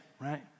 right